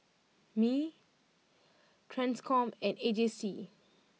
Mi Ttranscom and A J C